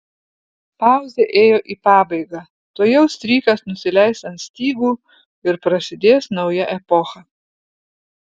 pauzė ėjo į pabaigą tuojau strykas nusileis ant stygų ir prasidės nauja epocha